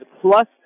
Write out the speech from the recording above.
plus